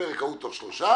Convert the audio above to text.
הפרק ההוא תוך שלושה,